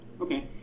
Okay